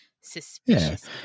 suspicious